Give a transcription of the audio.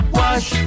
wash